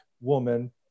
woman